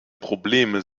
probleme